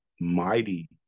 mighty